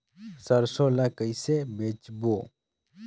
सरसो ला कइसे बेचबो?